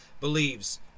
believes